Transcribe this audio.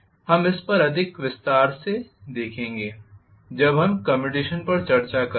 हम इस पर अधिक विस्तार से देखेंगे जब हम कम्यूटेशन पर चर्चा कर रहे हैं